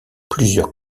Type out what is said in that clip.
plusieurs